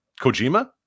Kojima